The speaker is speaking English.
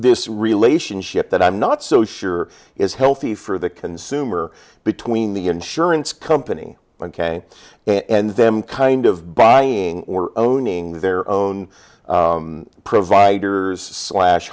this relationship that i'm not so sure is healthy for the consumer between the insurance company ok and them kind of buying or owning their own providers slash